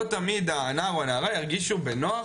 לא תמיד הנער או הנערה ירגישו בנוח